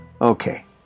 Okay